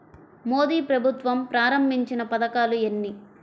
మోదీ ప్రభుత్వం ప్రారంభించిన పథకాలు ఎన్ని?